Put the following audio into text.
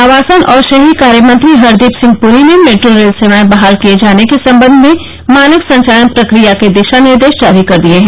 आवासन और शहरी कार्य मंत्री हरदीप सिंह पुरी ने मेट्रो रेल सेवाएं बहाल किए जाने के संबंध में मानक संचालन प्रक्रिया के दिशा निर्देश जारी कर दिये हैं